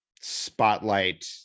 spotlight